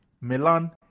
Milan